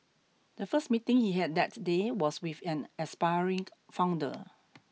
the first meeting he had that day was with an aspiring founder